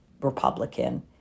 Republican